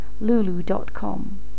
lulu.com